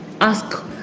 ask